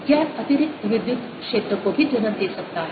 यह अतिरिक्त विद्युत क्षेत्र को भी जन्म दे सकता है